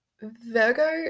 Virgo